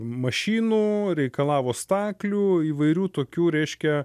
mašinų reikalavo staklių įvairių tokių reiškia